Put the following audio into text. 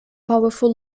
powerful